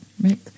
right